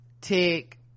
tick